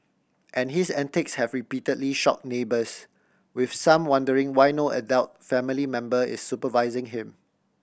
and his antics have repeatedly shock neighbours with some wondering why no adult family member is supervising him